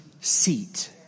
seat